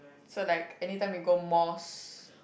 so like anytime you go mosque